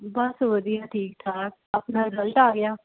ਬਸ ਵਧੀਆ ਠੀਕ ਠਾਕ ਆਪਣਾ ਰਿਜ਼ਲਟ ਆ ਗਿਆ